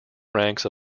ranks